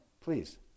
please